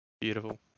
Beautiful